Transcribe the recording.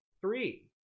three